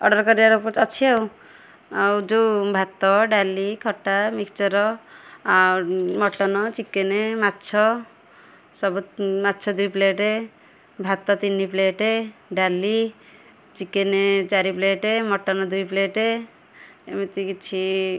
order କରିବାର ଅଛି ଆଉ ଆଉ ଯେଉଁ ଭାତ ଡାଲି ଖଟା ମିକ୍ସଚର୍ ଆଉ ମଟନ୍ ଚିକେନ୍ ମାଛ ସବୁ ମାଛ ଦୁଇ ପ୍ଲେଟ୍ ଭାତ ତିନି ପ୍ଲେଟ୍ ଡାଲି ଚିକେନ୍ ଚାରି ପ୍ଲେଟ୍ ମଟନ୍ ଦୁଇ ପ୍ଲେଟ୍ ଏମିତି କିଛି